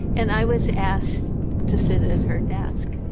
and i was asked to sit at her desk.